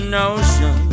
notion